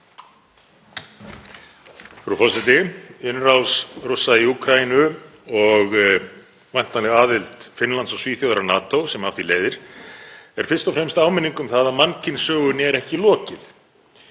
Frú forseti. Innrás Rússa í Úkraínu og væntanleg aðild Finnlands og Svíþjóðar að NATO sem af því leiðir er fyrst og fremst áminning um það að mannkynssögunni er ekki lokið.